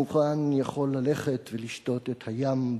כמובן יכול ללכת ולשתות את מי הים בעזה.